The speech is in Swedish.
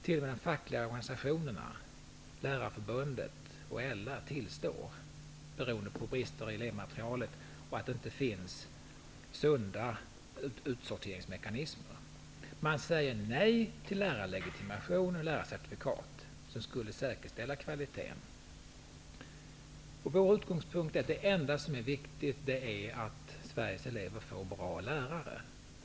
T.o.m. de fackliga organisationerna -- Lärarförbundet och LR -- tillstår att det finns brister i elevmaterialet och att det saknas sunda utsorteringsmekanismer. Socialdemokraterna säger nej till lärarlegitimation och lärarcertifikat som skulle säkerställa kvaliteten. Ny demokratis utgångspunkt är att det enda som är viktigt är att Sveriges elever får bra lärare.